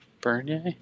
Bernier